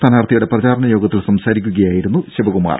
സ്ഥാനാർഥിയുടെ പ്രചാരണയോഗത്തിൽ സംസാരിക്കുകയായിരുന്നു ശിവകുമാർ